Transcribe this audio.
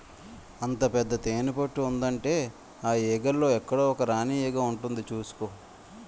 అంత పెద్ద తేనెపట్టు ఉందంటే ఆ ఈగల్లో ఎక్కడో ఒక రాణీ ఈగ ఉంటుంది చూసుకో